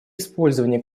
использование